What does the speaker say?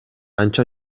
анча